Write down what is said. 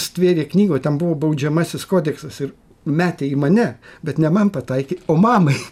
stvėrė knygą o ten buvo baudžiamasis kodeksas ir metė į mane bet ne man pataikė o mamai